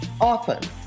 often